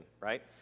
right